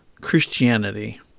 Christianity